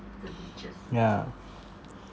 yeah